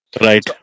right